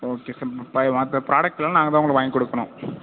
okay sir by மற்ற product எல்லாம் நாங்கள் தான் உங்களுக்கு வாங்கி கொடுக்கணும்